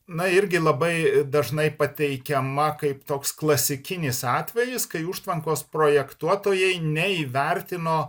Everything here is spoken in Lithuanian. na irgi labai dažnai pateikiama kaip toks klasikinis atvejis kai užtvankos projektuotojai neįvertino